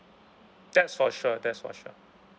that's for sure that's for sure